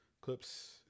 clips